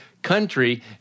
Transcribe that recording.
Country